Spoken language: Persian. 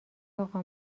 اقا